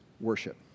worship